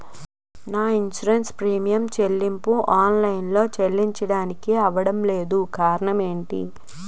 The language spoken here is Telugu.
నా ఇన్సురెన్స్ ప్రీమియం చెల్లింపు ఆన్ లైన్ లో చెల్లించడానికి అవ్వడం లేదు కారణం ఏమిటి?